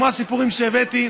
כמו הסיפורים שהבאתי,